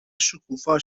شکوفا